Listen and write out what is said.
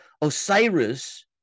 Osiris